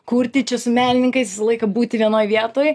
kurti čia su menininkais visą laiką būti vienoj vietoj